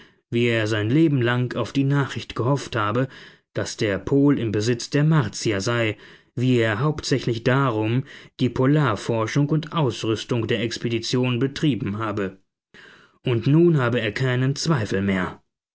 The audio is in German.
wie er sein leben lang auf die nachricht gehofft habe daß der pol im besitz der martier sei wie er hauptsächlich darum die polarforschung und ausrüstung der expedition betrieben habe und nun habe er keinen zweifel mehr